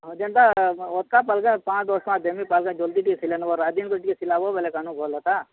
ହଁ ଯେନ୍ଟା ଅଟ୍କା ପଏସା ପାଞ୍ଚ୍ ଦଶ୍ ଟଙ୍କା ଦେମିଁ ଜଲ୍ଦି ଟିକେ ସିଲେଇନବ ଆଜିନୁ ସିଲାବ ବେଲେ କାଲ୍ନୁ ଭଲ୍ ହେତା